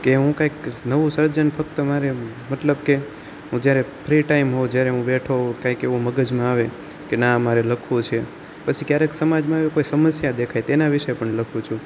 કે હું કાંઈક નવું સર્જન ફક્ત મારે મતલબ કે હું જ્યારે ફ્રી ટાઈમ હો જ્યારે હું બેઠો હું કાંઈક એવું મગજમાં આવે કે ના આ મારે લખવું છે પછી ક્યારેક સમાજમાં એવું કોઈ સમસ્યા દેખાય તેના વિષે પણ લખું છું